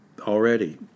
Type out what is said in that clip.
already